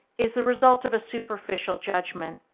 is the result of a superficial judgment,